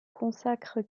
consacre